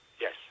yes